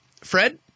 Fred